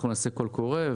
אנחנו נעשה קול קורא.